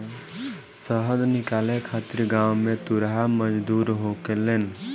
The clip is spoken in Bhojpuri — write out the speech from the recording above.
शहद निकाले खातिर गांव में तुरहा मजदूर होखेलेन